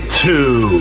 two